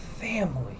Family